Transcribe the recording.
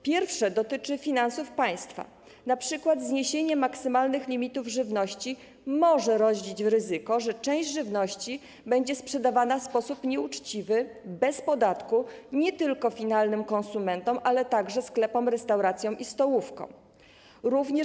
Pierwsze dotyczy finansów państwa, np. zniesienie maksymalnych limitów żywności może rodzić ryzyko, że część żywności będzie sprzedawana w sposób nieuczciwy, bez podatku, nie tylko finalnym konsumentom, ale także sklepom, restauracjom i stołówkom.